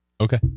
Okay